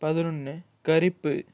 பதினொன்று கரிப்பு